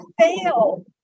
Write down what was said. fail